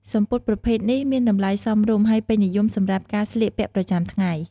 សំពត់ប្រភេទនេះមានតម្លៃសមរម្យ ហើយពេញនិយមសម្រាប់ការស្លៀកពាក់ប្រចាំថ្ងៃ។